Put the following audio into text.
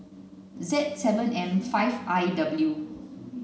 Z seven M five I W